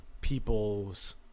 people's